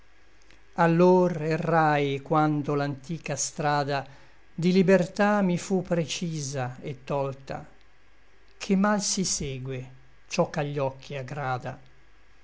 risospinto allor errai quando l'antica strada di libertà mi fu precisa et tolta ché mal si segue ciò ch'agli occhi agrada